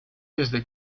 desde